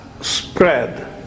spread